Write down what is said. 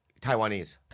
Taiwanese